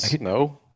No